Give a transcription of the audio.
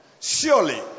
surely